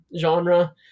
genre